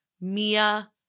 Mia